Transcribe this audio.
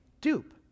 dupe